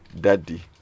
Daddy